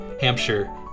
Hampshire